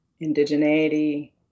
indigeneity